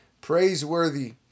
Praiseworthy